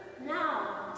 now